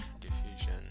diffusion